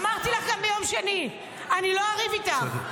אמרתי לך גם ביום שני, אני לא אריב איתך.